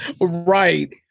Right